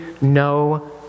no